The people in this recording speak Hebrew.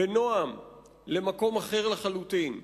בנועם, למקום אחר לחלוטין,